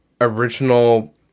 original